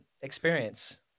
experience